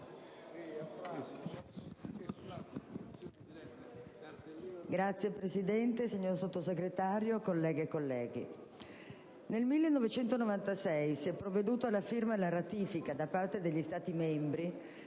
Signor Presidente, signor Sottosegretario, colleghe e colleghi, nel 1996 si è provveduto alla firma e alla relativa ratifica, da parte degli Stati membri,